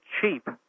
cheap